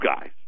guys